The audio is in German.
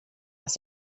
dass